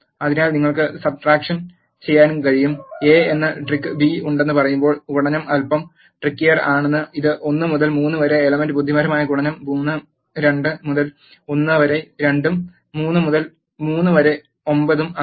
അതിനാൽ നിങ്ങൾക്ക് സബ്ട്രാക്ഷൻ ചെയ്യാനും കഴിയും എ എന്ന ട്രിക്ക് ബി ഉണ്ടെന്ന് പറയുമ്പോൾ ഗുണനം അൽപ്പം ട്രിക്കിയർ ആണ് ഇത് 1 മുതൽ 3 വരെ എലമെൻറ് ബുദ്ധിപരമായ ഗുണനം 3 2 മുതൽ 1 വരെ 2 ഉം 3 മുതൽ 3 വരെ 9 ഉം ആണ്